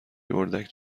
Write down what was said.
اردک